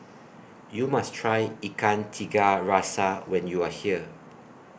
YOU must Try Ikan Tiga Rasa when YOU Are here